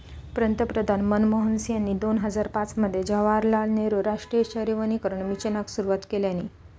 पंतप्रधान मनमोहन सिंहानी दोन हजार पाच मध्ये जवाहरलाल नेहरु राष्ट्रीय शहरी नवीकरण मिशनाक सुरवात केल्यानी